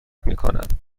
میکند